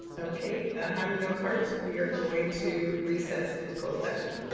okay, having no cards, we are going to recess into closed session,